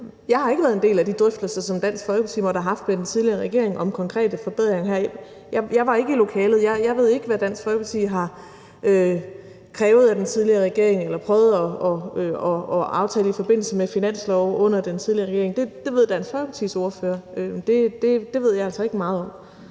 Jeg har ikke været en del af de drøftelser, som Dansk Folkeparti måtte have haft med den tidligere regering om konkrete forbedringer heraf. Jeg var ikke i lokalet. Jeg ved ikke, hvad Dansk Folkeparti har krævet af den tidligere regering eller prøvet at aftale i forbindelse med finanslove under den tidligere regering. Det ved Dansk Folkepartis ordfører. Det ved jeg altså ikke meget om.